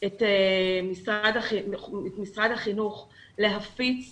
את משרד החינוך להפיץ